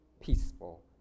peaceful